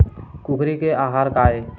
कुकरी के आहार काय?